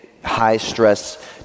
high-stress